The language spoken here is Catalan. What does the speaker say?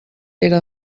era